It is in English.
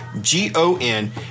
G-O-N